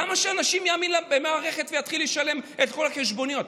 למה שאנשים יאמינו למערכת ויתחילו לשלם את כל החשבוניות?